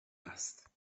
است